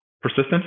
Persistence